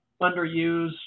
underused